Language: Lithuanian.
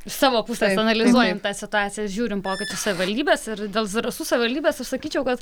iš savo pusės analizuojam situaciją žiūrim pokyčius savivaldybėse ir dėl zarasų savivaldybės aš sakyčiau kad